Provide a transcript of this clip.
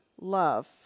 love